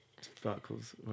sparkles